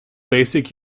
basic